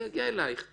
אני אגיע אלייך.